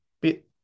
bit